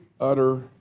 utter